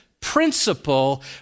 principle